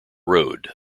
road